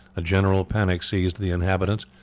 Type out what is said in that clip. a general panic seized the inhabitants.